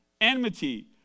enmity